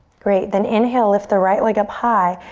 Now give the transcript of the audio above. great. then inhale, lift the right leg up high.